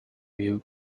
you